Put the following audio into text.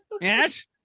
Yes